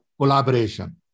collaboration